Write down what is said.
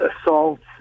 assaults